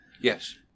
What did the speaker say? Yes